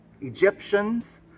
Egyptians